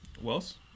Wells